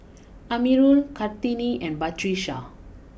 Amirul Kartini and Batrisya